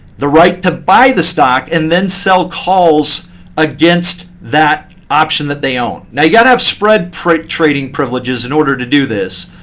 the right to buy the stock, and then sell calls against that option that they own. now you got to have spread trading privileges in order to do this.